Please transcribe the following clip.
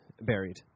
buried